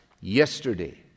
yesterday